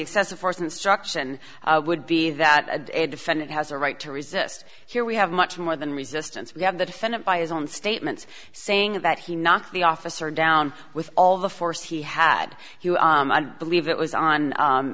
excessive force instruction would be that a defendant has a right to resist here we have much more than resistance we have the defendant by his own statements saying that he knocked the officer down with all the force he had i don't believe it was on